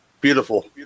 beautiful